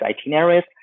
itineraries